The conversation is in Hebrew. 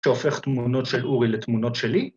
‫שהופך תמונות של אורי לתמונות שלי.